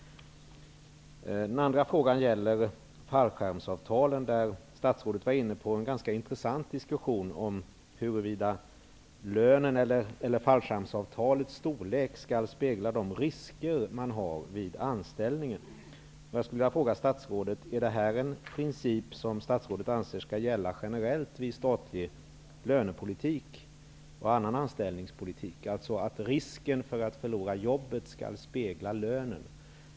Min andra fråga gäller fallskärmsavtalen. Statsrådet var inne på en ganska intressant diskussion om huruvida lönens eller fallskärmsavtalets storlek skall spegla de risker man har vid anställningen. Är det här en princip som statsrådet anser skall gälla generellt vid statlig lönepolitik och annan anställningspolitik? Skall risken för att förlora jobbet spegla lönen?